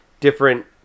different